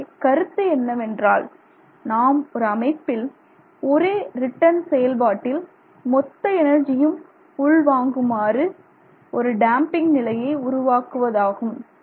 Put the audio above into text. இங்கே கருத்து என்னவென்றால் நாம் ஒரு அமைப்பில் ஒரே ரிட்டர்ன் செயல்பாட்டில் மொத்த எனர்ஜியும் உள்வாங்குமாறு ஒரு டேம்பிங் நிலையை உருவாக்குவதாகும்